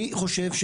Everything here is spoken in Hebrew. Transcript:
אני חושב,